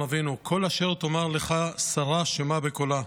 אבינו: "כל אשר תאמר אליך שרה שמע בקלה".